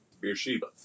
Beersheba